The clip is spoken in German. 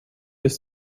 ist